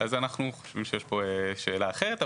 אז אנחנו חושבים שיש פה שאלה אחרת,